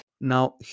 Now